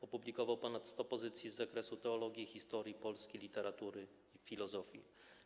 Opublikował ponad 100 pozycji z zakresu teologii, historii Polski, literatury i filozofii.